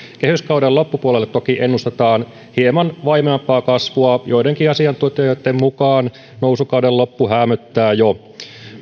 kehyskauden loppupuolelle toki ennustetaan hieman vaimeampaa kasvua joidenkin asiantuntijoitten mukaan nousukauden loppu häämöttää jo